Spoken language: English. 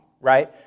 right